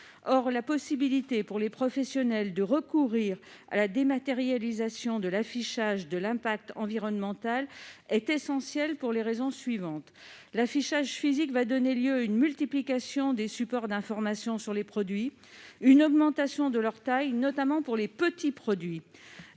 Or la possibilité, pour les professionnels, de recourir à la dématérialisation de l'affichage de l'impact environnemental est essentielle pour diverses raisons. L'affichage physique donnera lieu à une multiplication des supports d'information sur les produits et à une augmentation de leur taille, notamment pour ce qui est des petits produits.